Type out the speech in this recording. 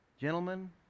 Gentlemen